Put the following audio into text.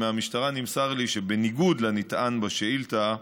מהמשטרה נמסר לי שבניגוד לנטען בשאילתה,